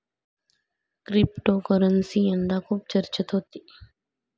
cryptocurrency यंदा खूप चर्चेत होती